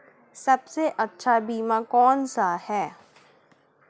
सबसे अच्छा बीमा कौन सा है?